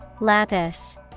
Lattice